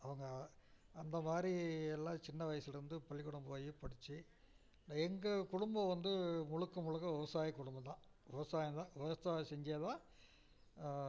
அவங்க அந்தமாதிரி எல்லாம் சின்ன வயசிலருந்து பள்ளிக்கூடம் போய் படிச்சி எங்கள் குடும்பம் வந்து முழுக்க முழுக்க விவசாயம் குடும்பந்தான் விவசாயந்தான் விவசாயம் செஞ்சே தான்